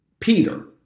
Peter